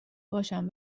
باشم